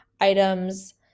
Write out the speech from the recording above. items